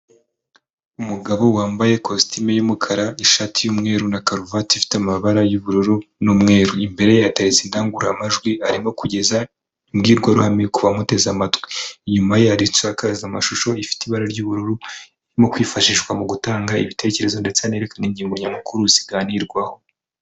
Umugabo wambaye ikositimu y'umukara, ishati y'umweru na karuvati ifite amabara y'ubururu n'umweru, imbere ye hateretse indangururamajwi arimo kugeza imbwirwaruhame ku bamuteze amatwi, inyuma ye hari insakazamashusho ifite ibara ry'ubururu irimo kwifashishwa mu gutanga ibitekerezo ndetse anerekana ingingo nyamukuru ziganirwaho.